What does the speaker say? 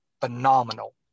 phenomenal